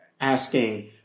asking